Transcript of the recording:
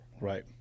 Right